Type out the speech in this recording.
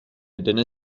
dinner